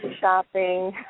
shopping